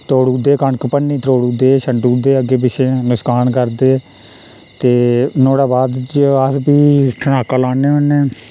तोड़ू दे कनक भन्नी त्रोडुदे छंडुड़दे अग्गें पिच्छें नकसान करदे ते नुहाड़े बाद च अस फ्ही ठनाका लान्ने होन्ने